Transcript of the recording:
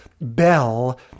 bell